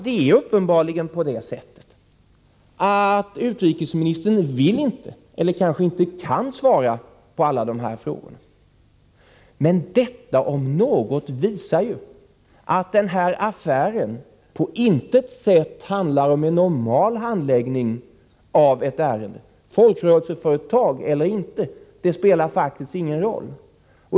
Det är uppenbarligen så att utrikesministern inte vill, eller kanske inte kan, svara på alla dessa frågor. Detta, om något, visar att det i den här affären på intet sätt handlar om en normal handläggning av ett ärende. Folkrörelseföretag eller inte — det spelar faktiskt ingen roll.